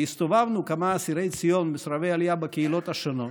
והסתובבנו כמה אסירי ציון מסורבי עלייה בקהילות השונות,